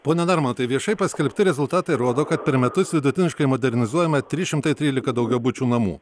pone narmontai tai viešai paskelbti rezultatai rodo kad per metus vidutiniškai modernizuojama trys šimtai trylika daugiabučių namų